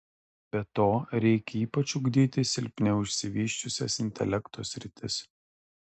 be to reikia ypač ugdyti silpniau išsivysčiusias intelekto sritis